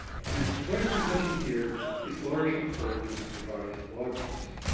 and what i'm presenting here is largely pulled from that revised blog post.